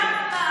אנחנו במתח.